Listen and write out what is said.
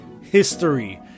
history